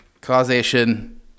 causation